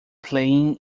playing